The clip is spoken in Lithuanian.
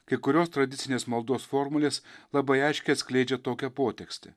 kai kurios tradicinės maldos formulės labai aiškiai atskleidžia tokią potekstę